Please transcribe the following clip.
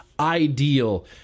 ideal